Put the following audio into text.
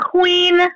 Queen